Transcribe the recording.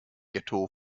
ghetto